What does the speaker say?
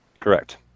Correct